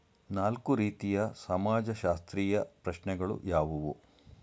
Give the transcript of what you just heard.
ನಾಲ್ಕು ರೀತಿಯ ಸಮಾಜಶಾಸ್ತ್ರೀಯ ಪ್ರಶ್ನೆಗಳು ಯಾವುವು?